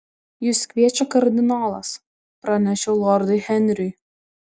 jus kviečia kardinolas pranešiau lordui henriui